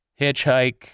Hitchhike